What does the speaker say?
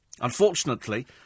Unfortunately